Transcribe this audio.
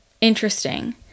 interesting